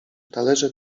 talerze